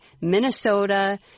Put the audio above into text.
Minnesota